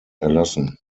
erlassen